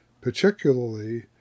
particularly